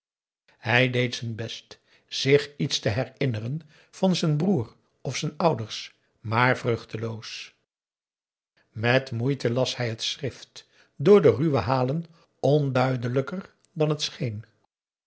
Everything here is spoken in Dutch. hij deed z'n best zich iets te herinneren van z'n broer of z'n ouders maar vruchteloos met moeite las hij het schrift door de ruwe halen onduidelijker dan het scheen